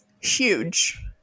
Huge